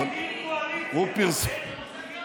הוא העתיק.